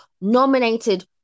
nominated